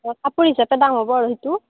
কাপোৰ হিচাপে দাম হ'ব আৰু সেইটো